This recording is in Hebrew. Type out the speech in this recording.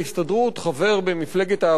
חבר במפלגת העבודה,